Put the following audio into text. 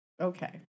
Okay